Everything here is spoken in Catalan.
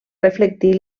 reflectir